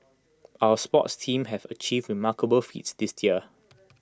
our sports teams have achieved remarkable feats this year